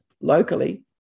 locally